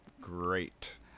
great